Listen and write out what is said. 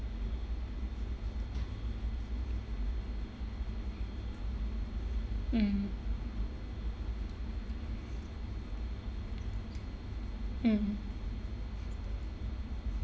mm mm